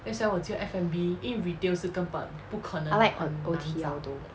I like on O_T_L though